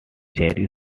cherry